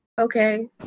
Okay